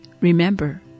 Remember